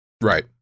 Right